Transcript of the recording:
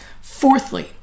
Fourthly